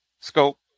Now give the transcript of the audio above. scope